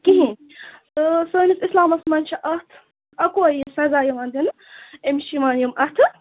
کِہیٖنٛۍ سٲنِس اِسلامَس منٛز چھِ اکھ اَکوے یہِ سَزا یِوان دِنہٕ أمِس چھِ یِوان یِم اَتھٕ